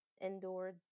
indoor